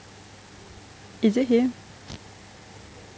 is it him